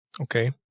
Okay